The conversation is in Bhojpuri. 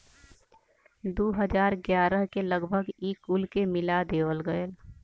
दू हज़ार ग्यारह के लगभग ई कुल के मिला देवल गएल